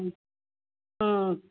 हूं हूं